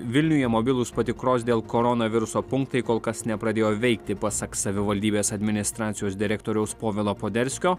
vilniuje mobilūs patikros dėl koronaviruso punktai kol kas nepradėjo veikti pasak savivaldybės administracijos direktoriaus povilo poderskio